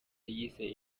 yise